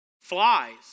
Flies